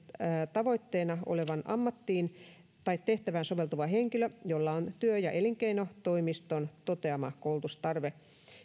tavoitteena olevaan ammattiin tai tehtävään soveltuva henkilö jolla on työ ja elinkeinotoimiston toteama koulutustarve